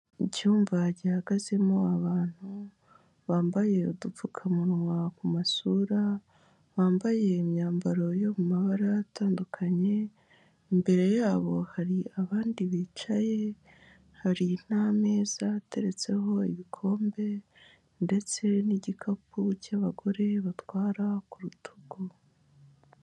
Icyumba gihagazemo abantu bambaye udupfukamunwa ku masura, bambaye imyambaro yo mu mabara atandukanye, imbere yabo hari abandi bicaye, hari n'ameza ateretseho ibikombe ndetse n'igikapu cy'abagore batwara ku rutugu.